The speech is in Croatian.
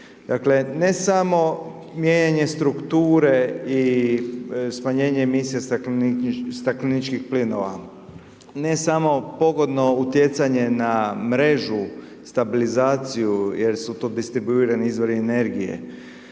Dakle, ne samo mijenjanje strukture i smanjenje emisije stakleničkih plinova, ne samo pogodno utjecanje na mrežu, stabilizaciju jer su to distribuirani izvori energije,